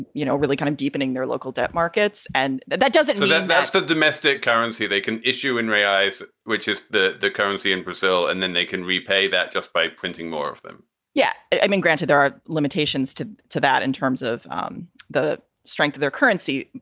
you know, really kind of deepening their local debt markets. and that that does it for them that's the domestic currency they can issue in reais, which is the the currency in brazil, and then they can repay that just by printing more of them yeah. i mean, granted, there are limitations to to that in terms of um the strength of their currency.